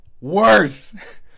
Worse